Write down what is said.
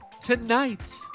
Tonight